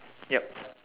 yup